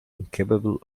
incapable